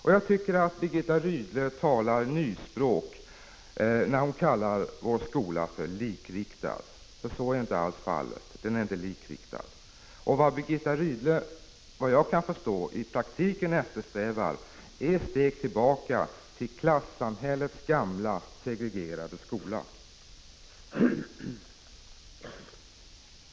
Det är vad Birgitta Rydle i praktiken eftersträvar, när hon talar ett nyspråk och kallar skolan för likriktad. Skolan är inte alls likriktad.